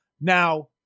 Now